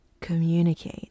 Communicate